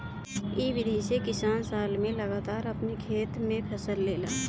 इ विधि से किसान साल में लगातार अपनी खेते से फसल लेला